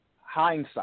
hindsight